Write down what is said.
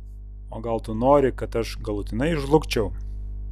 o gal tu nori kad aš galutinai žlugčiau